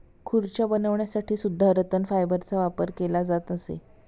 खुर्च्या बनवण्यासाठी सुद्धा रतन फायबरचा वापर केला जात असे